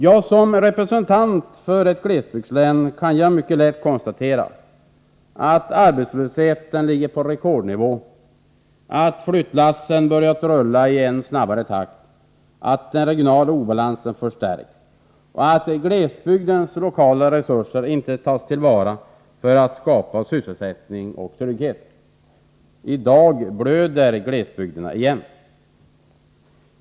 Ja, som representant för ett glesbygdslän kan jag mycket lätt konstatera att arbetslösheten ligger på rekordnivå, att flyttlassen börjat rulla i än snabbare takt, att den regionala obalansen förstärks och att glesbygdens lokala resurser inte tas till vara för att skapa sysselsättning och trygghet. I dag blöder glesbygderna igen.